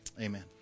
amen